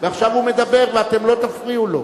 עכשיו הוא מדבר ואתם לא תפריעו לו.